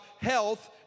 health